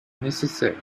nécessaires